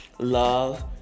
love